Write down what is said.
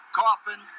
coffin